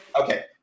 Okay